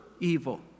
evil